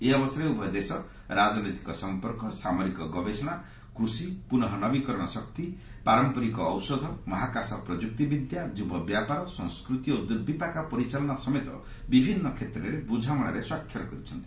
ଏହି ଅବସରରେ ଉଭୟ ଦେଶ ରାଜନୈତିକ ସମ୍ପର୍କ ସାମରିକ ଗବେଷଣା କୃଷି ପୁନଃନବୀକରଣ ଶକ୍ତି ପାରମ୍ପରିକ ଔଷଧ ମହାକାଶ ପ୍ରଯୁକ୍ତି ବିଦ୍ୟା ଯୁବବ୍ୟାପାର ସଂସ୍କୃତି ଓ ଦୁର୍ବିପାକ ପରିଚାଳନା ସମେତ ବିଭିନ୍ନ କ୍ଷେତ୍ରରେ ବୁଝାମଣାରେ ସ୍ୱାକ୍ଷର କରିଛନ୍ତି